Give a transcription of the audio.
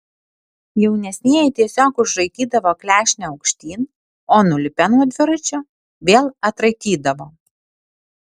jaunesnieji tiesiog užraitydavo klešnę aukštyn o nulipę nuo dviračio vėl atraitydavo